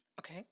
Okay